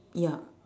yup